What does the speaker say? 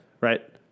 Right